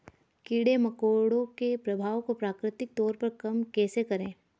कीड़े मकोड़ों के प्रभाव को प्राकृतिक तौर पर कम कैसे करें?